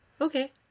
Okay